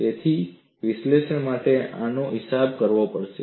તેથી વિશ્લેષણ માટે આનો હિસાબ આપવો પડશે